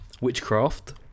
witchcraft